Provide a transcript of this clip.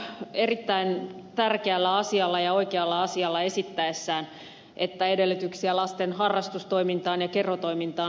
vahasalo on erittäin tärkeällä asialla ja oikealla asialla esittäessään että edellytyksiä lasten harrastustoimintaan ja kerhotoimintaan lisätään